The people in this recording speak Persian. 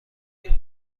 این